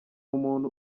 umuntu